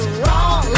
wrong